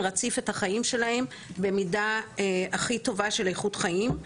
רציף את החיים שלהם במידה הכי טובה של איכות חיים.